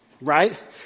Right